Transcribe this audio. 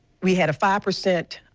we had a five percent